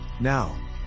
now